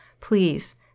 please